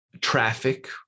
traffic